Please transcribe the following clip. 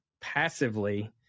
passively